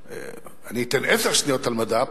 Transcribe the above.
אני אתן עשר שניות על מדע,